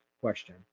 question